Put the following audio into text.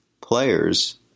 players